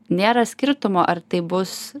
nėra skirtumo ar tai bus